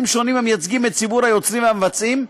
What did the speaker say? שונים המייצגים את ציבור היוצרים והמבצעים,